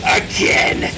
again